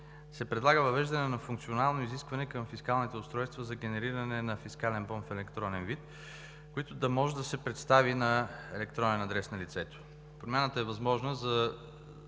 се предлага въвеждане на функционално изискване към фискалните устройства за генериране на фискален бон в електронен вид, който да може да се предостави на електронен адрес на лицето. Промяната е възможност за